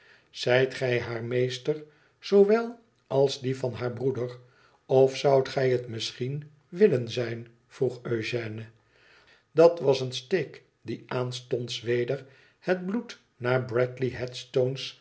zijt gij haar meester zoowel als die van haar broeder of zoudt gij het misschien willen zijn vroeg eugène dat was een steek die aanstonds weder het bloed naar bradley